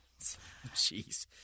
Jeez